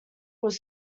was